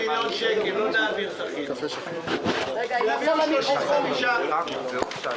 לא נעביר את הבקשה של משרד החינוך.